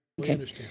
Okay